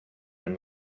them